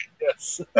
Yes